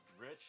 rich